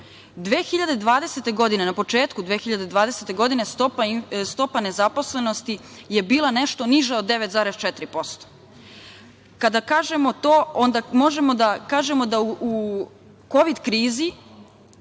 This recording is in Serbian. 2020, na početku 2020. godine stopa nezaposlenosti je bila nešto niža od 9,4%. Kada kažemo to, onda možemo da kažemo da u Kovid krizi